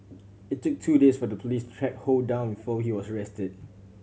it took two days for the police to track Ho down before he was arrested